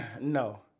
no